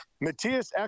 Matthias